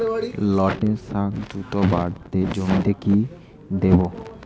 লটে শাখ দ্রুত বাড়াতে জমিতে কি দেবো?